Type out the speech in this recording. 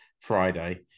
friday